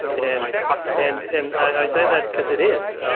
and and and i say that because it is,